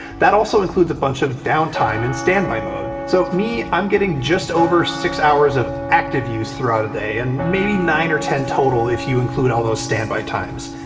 that also includes a bunch of downtime in standby mode. so, me, i'm getting just over six hours of active use throughout a day, and maybe nine or ten total, if you include all those standby times.